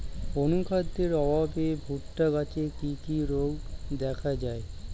অনুখাদ্যের অভাবে ভুট্টা গাছে কি কি রোগ দেখা যায়?